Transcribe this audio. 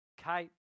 Kate